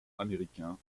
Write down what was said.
américain